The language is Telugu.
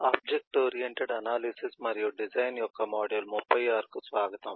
ఆబ్జెక్ట్ ఓరియెంటెడ్ అనాలిసిస్ మరియు డిజైన్ యొక్క మాడ్యూల్ 37 కు స్వాగతం